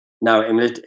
Now